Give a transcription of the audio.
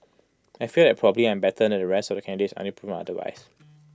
I feel that probably I am better than the rest of the candidates until proven otherwise